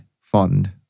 fund